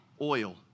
oil